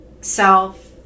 self